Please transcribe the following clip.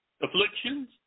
afflictions